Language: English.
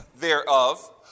thereof